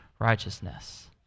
righteousness